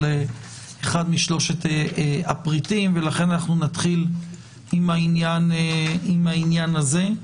אחד משלושת הפריטים ולכן נתחיל עם העניין הזה.